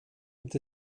gibt